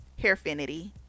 Hairfinity